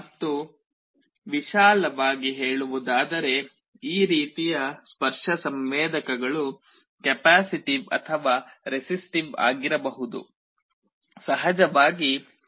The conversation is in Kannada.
ಮತ್ತು ವಿಶಾಲವಾಗಿ ಹೇಳುವುದಾದರೆ ಈ ರೀತಿಯ ಸ್ಪರ್ಶ ಸಂವೇದಕಗಳು ಕೆಪ್ಯಾಸಿಟಿವ್ ಅಥವಾ ರೆಸಿಸ್ಟಿವ್ ಆಗಿರಬಹುದು